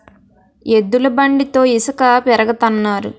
ఎద్దుల బండితో ఇసక పెరగతన్నారు